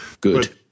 good